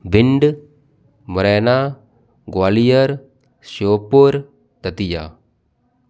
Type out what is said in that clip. Bhind Morena Gwalior Shivpur Datia